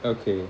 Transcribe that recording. okay